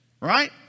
Right